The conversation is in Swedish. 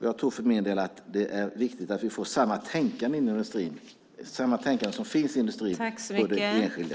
Jag tror för min del att det är viktigt att vi får samma tänkande som finns i industrin hos den enskilde.